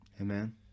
Amen